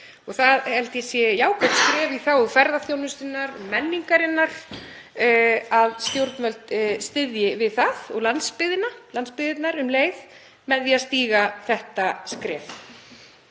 Það held ég að sé jákvætt skref í þágu ferðaþjónustunnar og menningarinnar að stjórnvöld styðji við það og landsbyggðina um leið með því að stíga þetta skref.